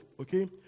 okay